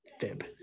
fib